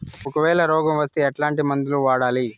ఒకవేల రోగం వస్తే ఎట్లాంటి మందులు వాడాలి?